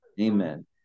Amen